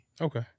Okay